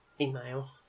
email